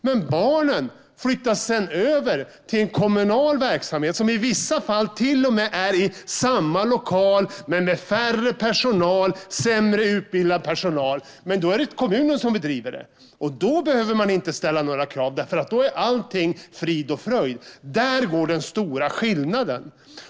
Men barnen flyttas sedan över till en kommunal verksamhet, som i vissa fall till och med bedrivs i samma lokal men med mindre och sämre utbildad personal. Men då är det kommunen som driver det, och då behöver man inte ställa några krav - då är allt frid och fröjd. Där finns den stora skillnaden.